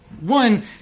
one